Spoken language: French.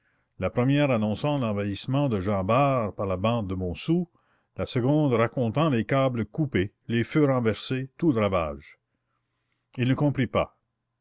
la première annonçant l'envahissement de jean bart par la bande de montsou la seconde racontant les câbles coupés les feux renversés tout le ravage il ne comprit pas